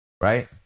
Right